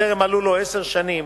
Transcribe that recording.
שטרם מלאו לו עשר שנים,